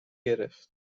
گرفت